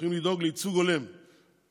צריכים לדאוג לייצוג הולם לעולים,